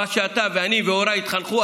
כמו שאתה ואני והוריי התחנכנו,